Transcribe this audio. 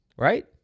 Right